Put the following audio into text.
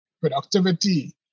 productivity